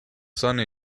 sunny